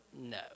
No